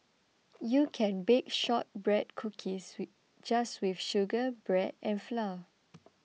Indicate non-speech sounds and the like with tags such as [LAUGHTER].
you can bake Shortbread Cookies [UNINTELLIGIBLE] just with sugar butter and flour